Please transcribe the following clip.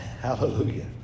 Hallelujah